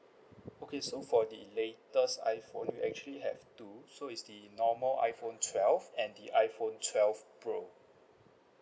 okay so for the latest iPhone we actually have two so is the normal iPhone twelve and the iPhone twelve pro